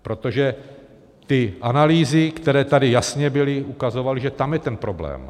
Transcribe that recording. Protože ty analýzy, které tady jasně byly, ukazovaly, že tam je ten problém.